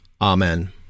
Amen